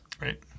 Right